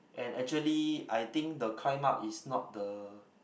and actually I think the climb up is not the